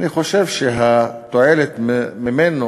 אני חושב שהתועלת מכך,